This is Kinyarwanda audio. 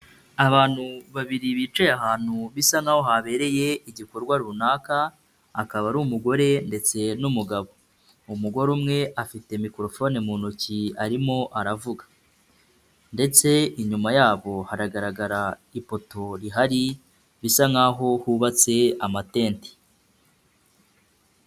Abantu babiri bicaye ahantu bisa nkaho habereye igikorwa runaka, akaba ari umugore ndetse n'umugabo. Umugore umwe afite mikorofone mu ntoki arimo aravuga. Ndetse inyuma yabo haragaragara ipoto rihari bisa nkaho hubatse amatente.